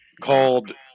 called